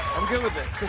i'm good with this.